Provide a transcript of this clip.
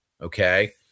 Okay